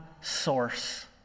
source